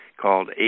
called